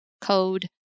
code